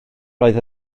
oedd